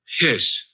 Yes